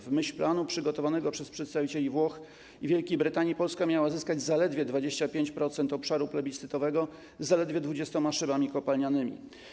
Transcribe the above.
W myśl planu przygotowanego przez przedstawicieli Włoch i Wielkiej Brytanii Polska miała zyskać zaledwie 25% obszaru plebiscytowego z zaledwie 20 szybami kopalnianymi.